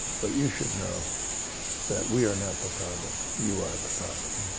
but you should know that we are not the problem. you are the problem.